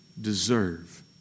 deserve